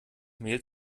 mehl